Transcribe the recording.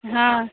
हँ